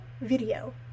video